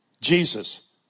Jesus